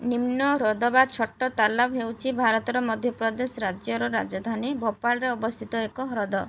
ନିମ୍ନ ହ୍ରଦ ବା ଛୋଟ ତାଲାବ୍ ହେଉଛି ଭାରତର ମଧ୍ୟପ୍ରଦେଶ ରାଜ୍ୟର ରାଜଧାନୀ ଭୋପାଳରେ ଅବସ୍ଥିତ ଏକ ହ୍ରଦ